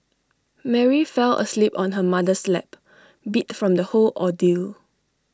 Mary fell asleep on her mother's lap beat from the whole ordeal